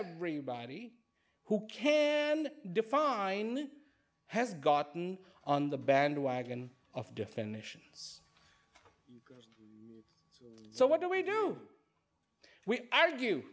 everybody who can define has gotten on the bandwagon of definitions so what do we do we argue